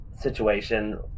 situation